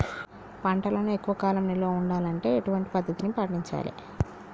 పంటలను ఎక్కువ కాలం నిల్వ ఉండాలంటే ఎటువంటి పద్ధతిని పాటించాలే?